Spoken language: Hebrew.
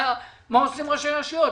מה עושים ראשי רשויות?